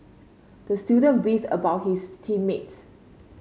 the student beefed about his team mates